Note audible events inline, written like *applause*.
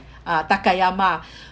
ah takayama *breath*